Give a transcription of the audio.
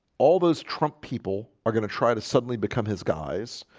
all those trump people are gonna try to suddenly become his guys.